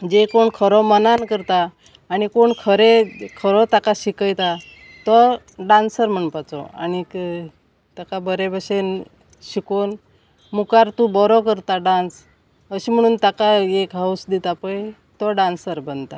जे कोण खरो मनान करता आनी कोण खरें खरो ताका शिकयता तो डांसर म्हणपाचो आनीक ताका बरे भशेन शिकोवन मुखार तूं बरो करता डांस अशें म्हणून ताका एक हौस दिता पय तो डांसर बनता